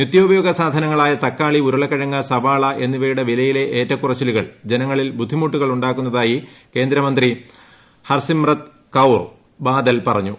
നിത്യോപയോഗ സാധനങ്ങളായ തക്കാളി ഉരുളക്കിഴങ്ങ് സവാള എന്നിവയുടെ വിലയിലെ ഏറ്റക്കുറച്ചിലുകൾ ജനങ്ങളിൽ ബുദ്ധിമുട്ടുകൾ ാക്കുന്നതായി കേന്ദ്രമൂന്ത്രി ഹർസിമ്രത് കൌർബാദൽ പറഞ്ഞു